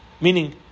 meaning